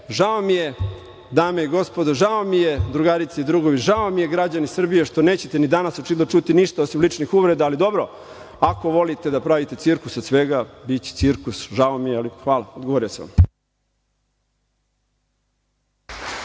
sve. Žao mi je, dame i gospodo, žao mi je, drugarice i drugovi, žao mi je, građani Srbije, što nećete ni danas čuti ništa osim ličnih uvreda, ali dobro, ako volite da pravite cirkus od svega, biće cirkus. Žao mi je. **Marina